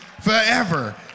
forever